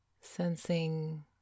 sensing